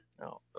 No